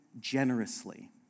generously